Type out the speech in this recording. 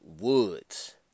Woods